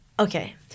okay